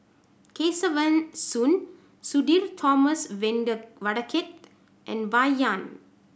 Kesavan Soon Sudhir Thomas Vadaketh and Bai Yan